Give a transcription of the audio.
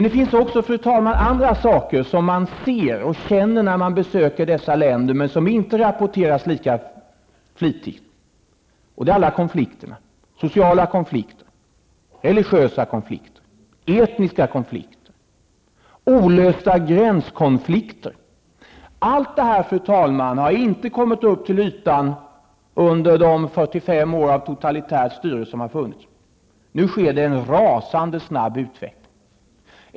Det finns emellertid annat som man ser och känner när man besöker dessa länder, men som inte rapporteras lika flitigt, nämligen alla sociala, religiösa, etniska konflikter och alla olösta gränskonflikter. Allt detta har inte kommit upp till ytan under de 45 år av totalitärt styre som har passerat. Det sker nu en rasande snabb utveckling.